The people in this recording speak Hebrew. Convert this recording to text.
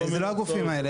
זה לא הגופים האלה.